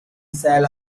sail